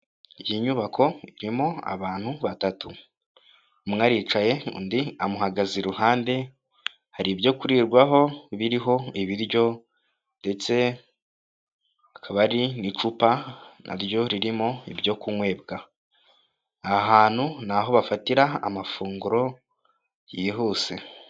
Iyi nyubako irimo abantu batatu umwe aricaye undi amuhagaze iruhande, hari ibyo kurirwaho biriho ibiryo, ndetse hakaba hari icupa na ryo ririmo ibyo kunywebwa. Aha hantu ni aho bafatira amafunguro yihuse.